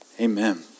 Amen